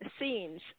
scenes